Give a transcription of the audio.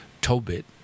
Tobit